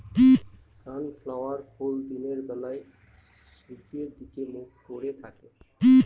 sunflower ফুল দিনের বেলা সূর্যের দিকে মুখ করে থাকে